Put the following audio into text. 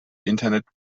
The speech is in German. internet